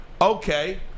Okay